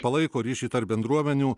palaiko ryšį tarp bendruomenių